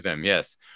yes